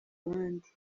abandi